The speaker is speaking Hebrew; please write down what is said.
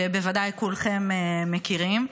שבוודאי כולכם מכירים,